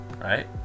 Right